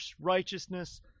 righteousness